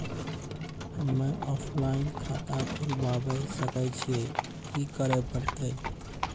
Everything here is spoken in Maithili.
हम्मे ऑफलाइन खाता खोलबावे सकय छियै, की करे परतै?